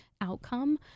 outcome